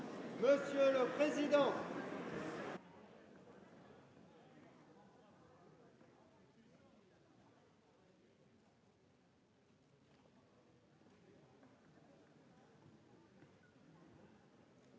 Monsieur le président,